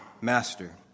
Master